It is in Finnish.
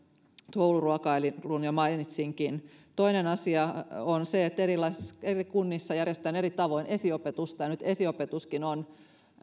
kouluruokailun jo mainitsinkin toinen asia on se että eri kunnissa järjestetään eri tavoin esiopetusta ja nyt esiopetuskin on